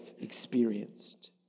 experienced